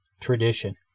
tradition